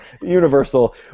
Universal